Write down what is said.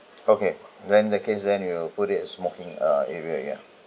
okay then in the case then you'll put it in smoking uh area ya